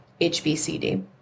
HBCD